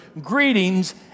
greetings